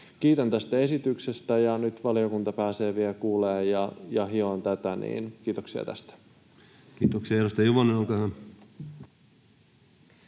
Kiitän tästä esityksestä. Nyt valiokunta pääsee vielä kuulemaan ja hiomaan tätä. Kiitoksia tästä. [Speech 37] Speaker: